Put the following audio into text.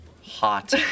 Hot